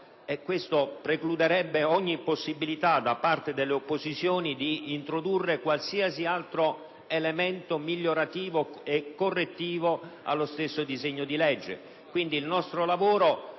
questo precluderebbe ogni possibilità da parte delle opposizioni di introdurre qualsiasi altro elemento migliorativo e correttivo allo stesso disegno di legge; quindi il nostro lavoro